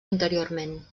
interiorment